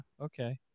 Okay